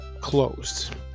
closed